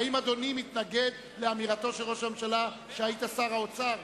האם אדוני מתנגד לאמירתו של ראש הממשלה שהיית שר האוצר?